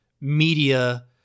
media